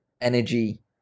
energy